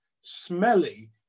smelly